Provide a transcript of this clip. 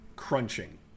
crunching